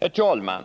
Herr talman!